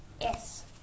Yes